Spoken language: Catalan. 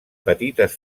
petites